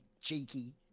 cheeky